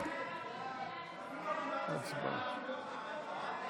ההצעה להעביר את